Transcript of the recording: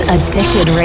Addicted